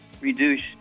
reduce